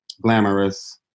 glamorous